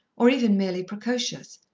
or even merely precocious.